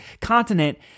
continent